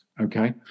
Okay